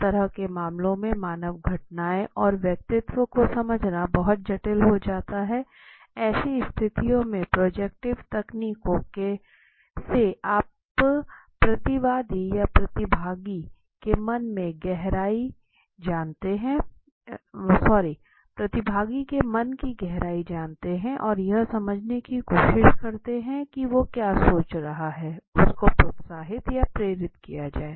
इस तरह के मामलों में मानव घटनाएं और व्यक्तित्व को समझना बहुत जटिल हो जाता है ऐसी स्थितियों में प्रोजेक्टिव तकनीकों से आप प्रतिवादी या प्रतिभागी के मन की गहरी जानते हैं और यह समझने की कोशिश करते हैं कि वो क्या सोच रहा है उसको प्रोत्साहित या प्रेरित किया जाए